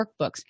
workbooks